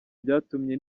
byatumye